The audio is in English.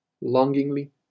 longingly